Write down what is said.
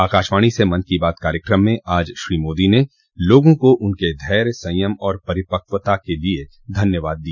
आकाशवाणी से मन की बात कार्यक्रम में आज श्री मोदी ने लोगों को उनके धैर्य संयम और परिपक्वता को लिए धन्यवाद दिया